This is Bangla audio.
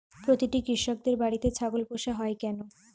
প্রতিটি কৃষকদের বাড়িতে ছাগল পোষা হয় কেন?